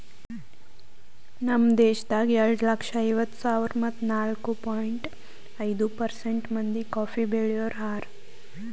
ನಮ್ ದೇಶದಾಗ್ ಎರಡು ಲಕ್ಷ ಐವತ್ತು ಸಾವಿರ ಮತ್ತ ನಾಲ್ಕು ಪಾಯಿಂಟ್ ಐದು ಪರ್ಸೆಂಟ್ ಮಂದಿ ಕಾಫಿ ಬೆಳಿಯೋರು ಹಾರ